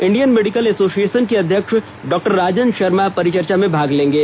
Indian medical association के अध्यक्ष डॉ राजन शर्मा परिचर्चा में भाग लेंगे